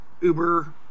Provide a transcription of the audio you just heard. Uber